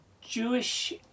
Jewish